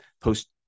post